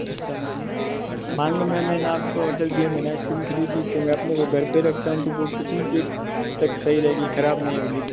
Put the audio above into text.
अच्छा मैम मान लो मैम मैंने आप को ऑर्डर दिए मैंने आइसक्रीम ख़रीदी तो मैं अपने को घर पर रखता हूँ तो वो कितनी देर तक सही रहेगी ख़राब नहीं होगी